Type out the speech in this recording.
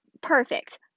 perfect